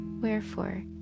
wherefore